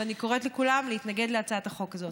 ואני קוראת לכולם להתנגד להצעת החוק הזאת.